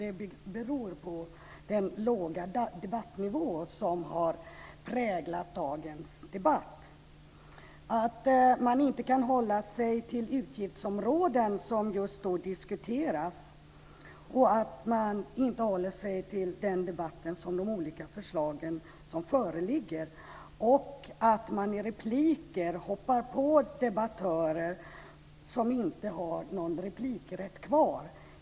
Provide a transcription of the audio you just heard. Det beror på den låga nivå som har präglat dagens debatt, på att man inte kan hålla sig till de utgiftsområden som diskuteras, att man inte håller sig till de olika förslag om föreligger och att man i repliker hoppar på debattörer som inte har någon replikrätt kvar.